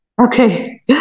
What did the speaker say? okay